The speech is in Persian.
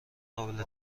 قابل